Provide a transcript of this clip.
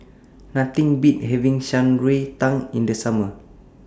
Nothing Beats having Shan Rui Tang in The Summer